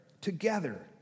together